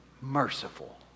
merciful